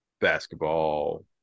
basketball